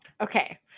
Okay